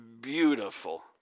beautiful